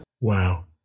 Wow